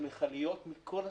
מכליות מכל הסוגים.